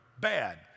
bad